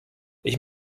ich